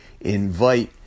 invite